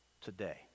today